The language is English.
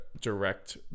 direct